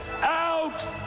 out